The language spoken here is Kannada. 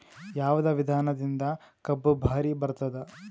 ಯಾವದ ವಿಧಾನದಿಂದ ಕಬ್ಬು ಭಾರಿ ಬರತ್ತಾದ?